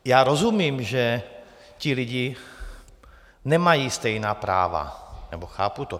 Já rozumím, že ti lidé nemají stejná práva, nebo chápu to.